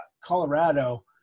Colorado